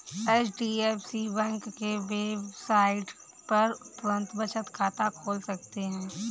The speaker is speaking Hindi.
एच.डी.एफ.सी बैंक के वेबसाइट पर तुरंत बचत खाता खोल सकते है